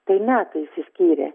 tai metai išsiskyrė